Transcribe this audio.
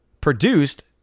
produced